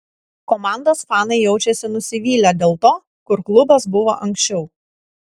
komandos fanai jaučiasi nusivylę dėl to kur klubas buvo anksčiau